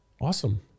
Awesome